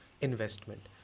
investment